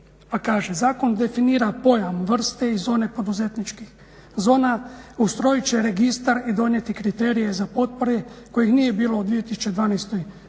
Pa kaže: "Zakon definira pojam, vrste i zone poduzetničkih zona. Ustrojit će registar i donijeti kriterije za potpore kojih nije bilo u 2012. godini.